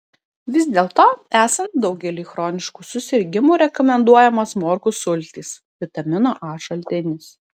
vis dėlto esant daugeliui chroniškų susirgimų rekomenduojamos morkų sultys vitamino a šaltinis